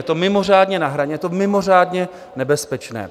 Je to mimořádně na hraně, je to mimořádně nebezpečné.